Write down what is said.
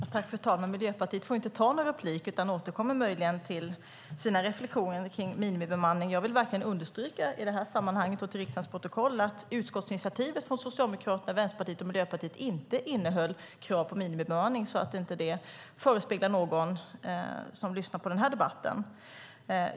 Fru talman! Miljöpartiets företrädare här har ju inte möjlighet att ta replik än men återkommer kanske sedan med sina reflexioner om minimibemanning. Jag vill i det här sammanhanget verkligen understryka och få taget till riksdagens protokoll att utskottsinitiativet från Socialdemokraterna, Vänsterpartiet och Miljöpartiet inte innehåller krav på minimibemanning, så att detta inte föresvävar någon som lyssnar på den här debatten.